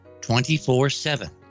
24-7